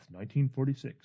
1946